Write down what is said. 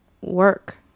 work